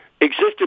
existed